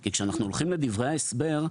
כי כשאנחנו הולכים לדברי ההסבר,